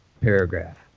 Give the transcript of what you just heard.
Paragraph